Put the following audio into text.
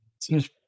Seems